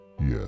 Yes